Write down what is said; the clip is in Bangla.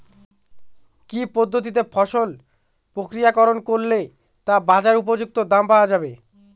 কি পদ্ধতিতে ফসল প্রক্রিয়াকরণ করলে তা বাজার উপযুক্ত দাম পাওয়া যাবে?